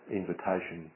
invitation